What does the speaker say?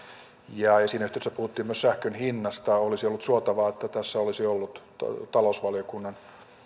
ja siinä yhteydessä puhuttiin myös sähkön hinnasta olisi ollut suotavaa että tässä olisi ollut talousvaliokunnan